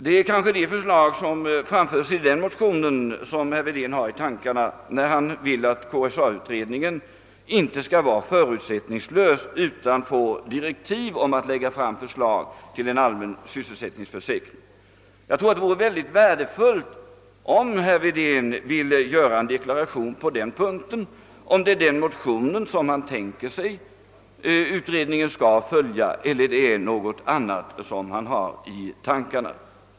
Det är kanske de förslag, som framförs i denna motion, vilka herr Wedén har i tankarna när han framhåller att KSA-utredningen inte skall vara förutsättningslös utan få direktiv om att lägga fram förslag om en allmän sysselsättningsförsäkring. Det skulle enligt min mening vara synnerligen värdefullt, om herr Wedén ville göra en deklaration på denna punkt. är det denna motion som herr Wedén vill att utredningen skall följa eller är det något annat han har i tankarna?